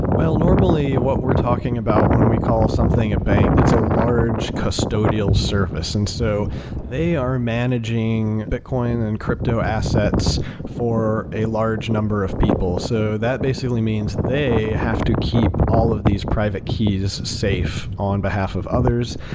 will, normally what we're talking about when we call something a bank, it's a large custodial service. and so they are managing bitcoin and crypto assets for a large number of people. so that basically means they have to keep all of these private keys safe on behalf of others,